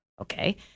okay